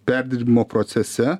perdirbimo procese